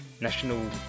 National